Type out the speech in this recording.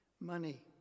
money